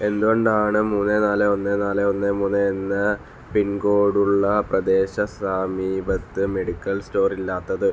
എന്തുകൊണ്ടാണ് മൂന്ന് നാല് ഒന്ന് നാല് ഒന്ന് മൂന്ന് എന്ന പിൻ കോഡുള്ള പ്രദേശ സമീപത്ത് മെഡിക്കൽ സ്റ്റോർ ഇല്ലാത്തത്